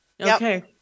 okay